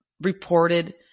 reported